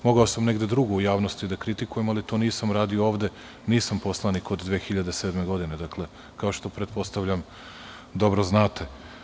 Mogao sam negde drugde u javnosti da kritikujem, ali to nisam radio ovde, nisam poslanik od 2007. godine, dakle, kao što pretpostavljam, dobro znate.